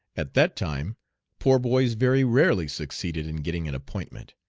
at that time poor boys very rarely succeeded in getting an appointment,